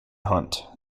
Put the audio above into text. hunt